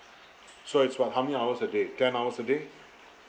so it's what how many hours a day ten hours a day